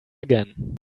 again